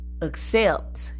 accept